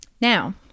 Now